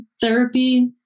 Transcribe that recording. therapy